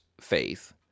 faith